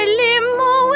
limo